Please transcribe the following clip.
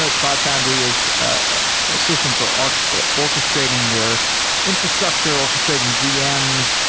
ah cloud foundry is a system for our orchestrating your infrastructure, orchestrating vms,